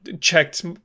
checked